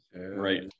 right